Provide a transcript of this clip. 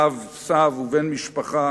אב, סב ובן משפחה